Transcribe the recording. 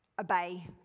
obey